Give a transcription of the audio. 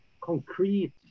concrete